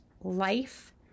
life